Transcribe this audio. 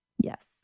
Yes